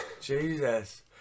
Jesus